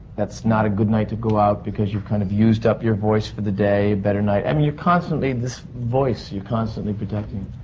that's not a good night to go out, because you've kind of used up your voice for the day. a better night. i mean, you're constantly. this voice. you're constantly protecting it.